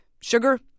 Sugar